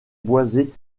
boisé